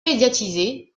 médiatisé